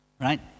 right